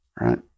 Right